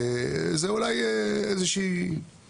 זה אולי איזה שהיא